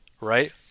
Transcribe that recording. right